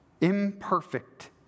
Imperfect